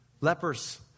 Lepers